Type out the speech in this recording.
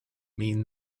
mean